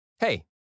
Hey